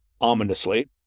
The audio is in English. ominously